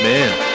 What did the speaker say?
Man